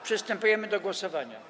Przystępujemy do głosowania.